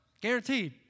guaranteed